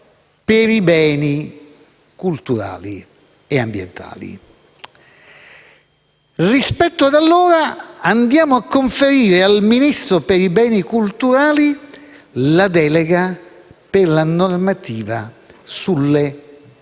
per i beni culturali e ambientali. Rispetto ad allora andiamo a conferire al Ministro per i beni culturali la delega per la normativa sulle